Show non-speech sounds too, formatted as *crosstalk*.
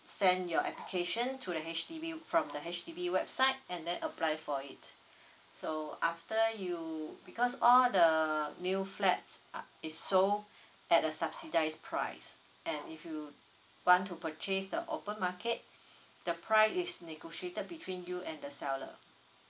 send your application to the H_D_B from the H_D_B website and then apply for it so after you because all the new flats ah is sold at the subsidised price and if you want to purchase the open market *breath* the price is negotiated between you and the seller